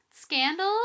scandal